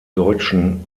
deutschen